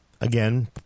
again